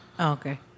okay